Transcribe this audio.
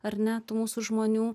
ar ne tų mūsų žmonių